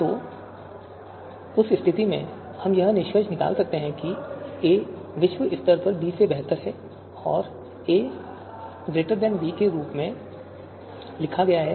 तो उस स्थिति में हम यह निष्कर्ष निकाल सकते हैं कि a विश्व स्तर पर b से बेहतर है और a b के रूप में लिखा गया है